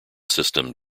system